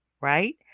right